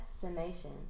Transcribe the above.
Fascination